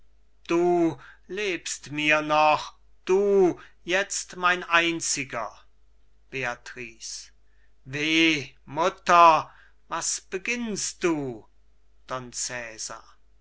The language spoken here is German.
du lebst mir noch du jetzt mein einziger beatrice weh mutter was beginnst du